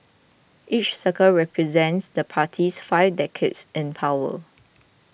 each circle represents the party's five decades in power